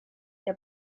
der